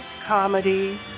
comedy